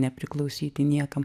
nepriklausyti niekam